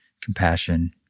compassion